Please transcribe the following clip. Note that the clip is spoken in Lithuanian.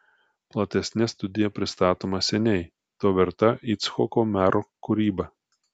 platesne studija pristatoma seniai to verta icchoko mero kūryba